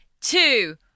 two